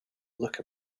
look